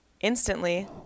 Instantly